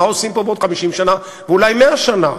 מה עושים פה בעוד 50 שנה ואולי 100 שנה,